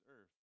earth